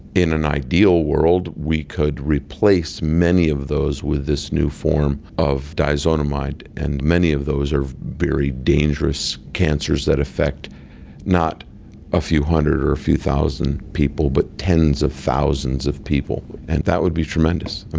in an ideal world we could replace many of those with this new form of diazonamide, and and many of those are very dangerous cancers that affect not a few hundred or a few thousand people but tens of thousands of people, and that would be tremendous. and